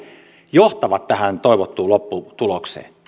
johtavat tähän toivottuun lopputulokseen niin